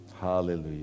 Hallelujah